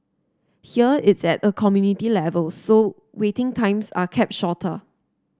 here it's at a community level so waiting times are kept shorter